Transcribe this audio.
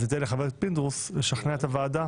ניתן לחבר הכנסת פינדרוס לשכנע את הוועדה